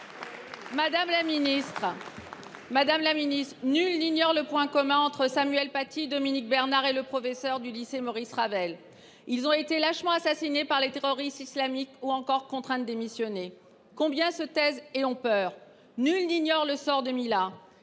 de la jeunesse. Nul n’ignore le point commun entre Samuel Paty, Dominique Bernard et le proviseur du lycée Maurice Ravel : ils ont été lâchement assassinés par les terroristes islamistes ou bien contraints de démissionner. Combien se taisent et ont peur ? Nul n’ignore le sort de Mila.